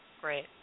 Great